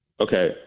Okay